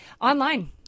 Online